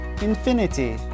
Infinity